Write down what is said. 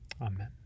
Amen